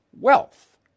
wealth